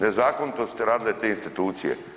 Nezakonito ste radile te institucije.